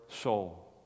soul